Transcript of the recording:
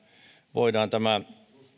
voidaan tämä